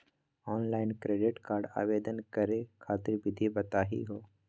Online credit card आवेदन करे खातिर विधि बताही हो?